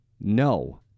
No